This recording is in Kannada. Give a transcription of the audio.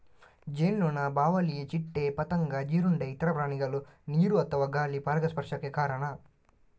ಜೇನುನೊಣ, ಬಾವಲಿ, ಚಿಟ್ಟೆ, ಪತಂಗ, ಜೀರುಂಡೆ, ಇತರ ಪ್ರಾಣಿಗಳು ನೀರು ಅಥವಾ ಗಾಳಿ ಪರಾಗಸ್ಪರ್ಶಕ್ಕೆ ಕಾರಣ